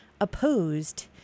opposed